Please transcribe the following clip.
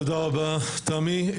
תודה רבה, תמי.